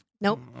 nope